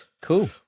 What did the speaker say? Cool